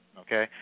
okay